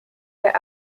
der